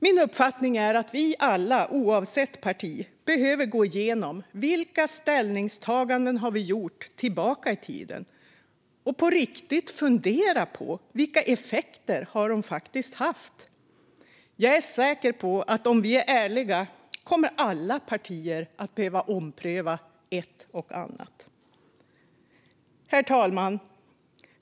Min uppfattning är att vi alla, oavsett parti, behöver gå igenom vilka ställningstaganden vi har gjort tidigare och på riktigt fundera på vilka effekter de faktiskt har haft. Jag är säker på att om vi är ärliga kommer alla partier att behöva ompröva ett och annat. Herr talman!